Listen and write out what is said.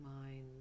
mind